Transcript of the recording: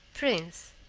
prince,